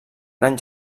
gran